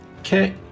Okay